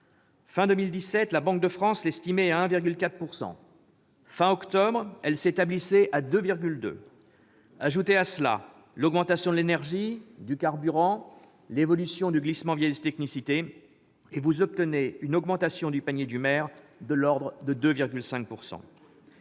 Fin 2017, la Banque de France l'estimait à 1,4 %; fin octobre, elle s'établissait à 2,2 %. Ajoutez à cela l'augmentation des prix de l'énergie, du carburant, l'évolution du glissement vieillissement technicité, le GVT, et vous obtenez une augmentation du panier du maire de l'ordre de 2,5 %.